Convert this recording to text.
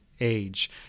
age